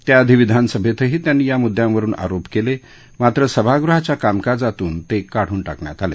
त्याआधी विधानसभेतही त्यांनी या म्द्यांवरुन आरोप केले मात्र सभागृहाच्या कामकाजातून ते काढून टाकण्यात आले